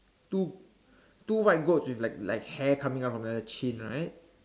two two white goats with like like hair coming out from the chin right